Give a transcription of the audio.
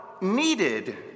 needed